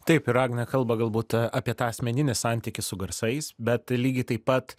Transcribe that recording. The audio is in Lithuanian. taip ir agnė kalba galbūt ta apie tą asmeninį santykį su garsais bet lygiai taip pat